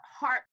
heart